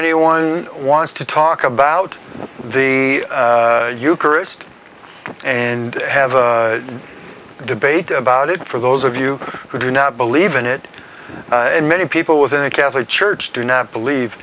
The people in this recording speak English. anyone wants to talk about the eucharist and have a debate about it for those of you who do not believe in it and many people within a catholic church do not believe